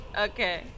Okay